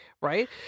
Right